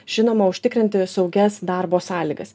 žinoma užtikrinti saugias darbo sąlygas